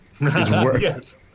Yes